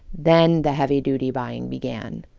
then the heavy duty buying began.